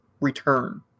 Return